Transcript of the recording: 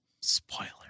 Spoiler